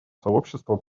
сообщества